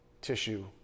tissue